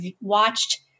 watched